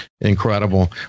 incredible